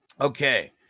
Okay